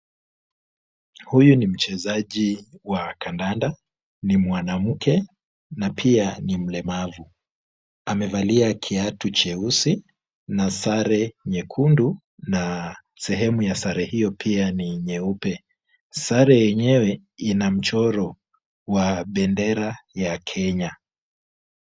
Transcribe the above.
Huyu ni mchezaji wa kandanda. Ni mwanamke na pia ni mlemavu. Amevalia kiatu cheusi na sare nyekundu na sehemu ya sare hiyo pia ni nyeupe. Sare yenyewe ina mchoro wa bendera ya Kenya.